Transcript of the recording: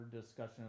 discussion